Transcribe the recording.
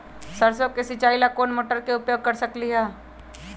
सरसों के सिचाई ला कोंन मोटर के उपयोग कर सकली ह?